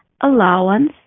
allowance